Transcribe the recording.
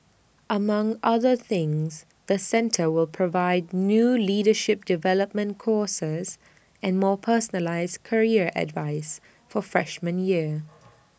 among other things the centre will provide new leadership development courses and more personalised career advice for freshman year